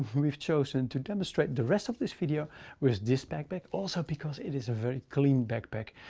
we've chosen to demonstrate the rest of this video with this backpack. also because it is a very clean backpack.